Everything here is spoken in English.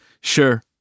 Sure